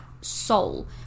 soul